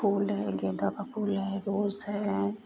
फूल है गेंदा का फूल है रोज है